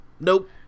nope